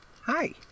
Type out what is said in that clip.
Hi